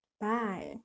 bye